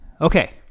Okay